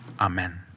Amen